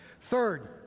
Third